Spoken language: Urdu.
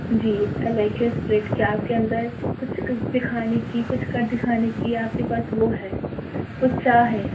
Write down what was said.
G I like your spirit کہ آپ کے اندر کچھ دکھانے کی کچھ کر دکھانے کی آپ کے پاس وہ ہے وہ چاہ ہے